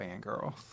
fangirls